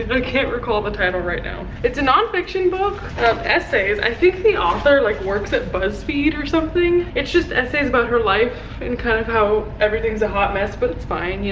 i can't recall the title right now. it's a nonfiction book of essays. i think the author like works at buzzfeed or something. it's just essays about her life and kind of how everything is a hot mess but it's fine, yeah